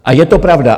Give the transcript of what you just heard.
A je to pravda!